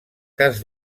cas